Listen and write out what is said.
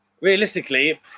Realistically